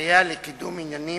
מסייע לקידום עניינים,